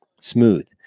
Smooth